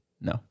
No